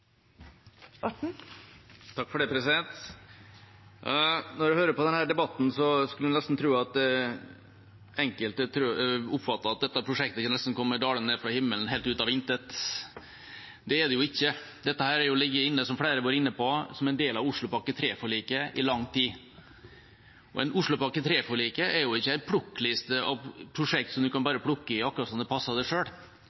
Når jeg hører på denne debatten, skulle man nesten tro at enkelte oppfatter det som at dette prosjektet nesten har kommet dalende ned fra himmelen, helt ut av intet. Det har det jo ikke. Dette har, som flere har vært inne på, ligget inne som en del av Oslopakke 3-forliket i lang tid. Oslopakke 3-forliket er ikke en plukkliste av prosjekter som man kan